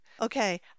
okay